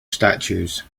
statues